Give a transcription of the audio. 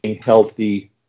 healthy